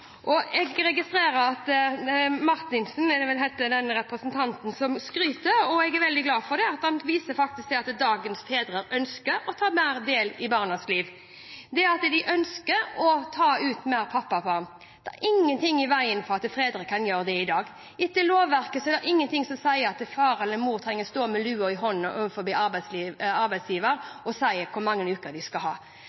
det vel han heter, den representanten som skryter – og jeg er veldig glad for at han sier at dagens fedre ønsker å ta mer del i barnas liv, og at de ønsker å ta ut mer pappaperm. Det er ingenting i veien for at fedre kan gjøre det i dag. Etter lovverket er det ingenting som sier at far eller mor trenger å stå med lua i hånda overfor arbeidsgiver og si hvor mange uker de skal ha.